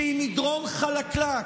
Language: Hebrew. שהיא מדרון חלקלק,